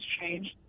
changed